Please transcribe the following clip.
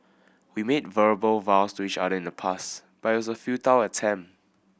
we made verbal vows to each other in the past but it was a futile attempt